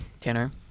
Tanner